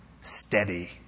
steady